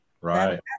Right